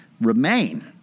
remain